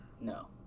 No